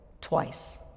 twice